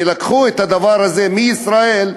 שלקחו את הדבר הזה מישראל,